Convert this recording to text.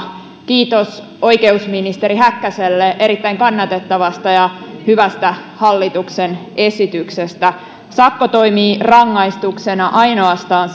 kiitos oikeusministeri häkkäselle erittäin kannatettavasta ja hyvästä hallituksen esityksestä sakko toimii rangaistuksena ainoastaan